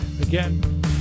again